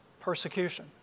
Persecution